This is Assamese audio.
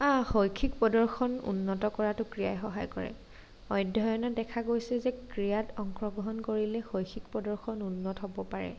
শৈক্ষিক প্ৰদৰ্শন উন্নত কৰাতো ক্ৰীড়াই সহায় কৰে অধ্যয়ণত দেখা গৈছে যে ক্ৰীড়াত অংশগ্ৰহণ কৰিলে শৈক্ষিক প্ৰদৰ্শন উন্নত হ'ব পাৰে